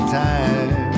time